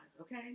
okay